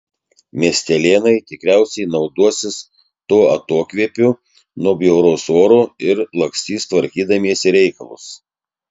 miestelėnai tikriausiai naudosis tuo atokvėpiu nuo bjauraus oro ir lakstys tvarkydamiesi reikalus